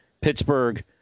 Pittsburgh